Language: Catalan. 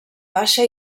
baixa